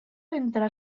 entre